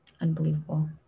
unbelievable